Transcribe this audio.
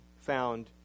found